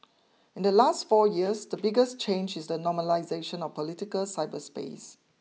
in the last four years the biggest change is the normalisation of political cyberspace